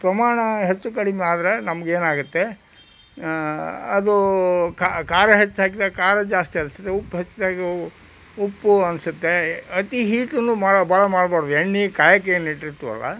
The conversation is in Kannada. ಪ್ರಮಾಣ ಹೆಚ್ಚು ಕಡಿಮೆ ಆದರೆ ನಮ್ಗೆ ಏನು ಆಗುತ್ತೆ ಅದು ಖಾರ ಹೆಚ್ಚು ಹಾಕಿದಾಗ್ ಖಾರ ಜಾಸ್ತಿ ಅನಿಸುತ್ತೆ ಉಪ್ಪು ಹೆಚ್ಚಿದಾಗ ಉಪ್ಪು ಅನಿಸುತ್ತೆ ಅತಿ ಹೀಟನ್ನು ಭಾಳ ಭಾಳ ಮಾಡಬಾರ್ದು ಎಣ್ಣೆ ಕಾಯಾಕೆ ಏನು ಇಟ್ಟಿರ್ತಿವಲ್ಲವಾ